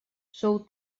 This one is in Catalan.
sou